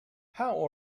how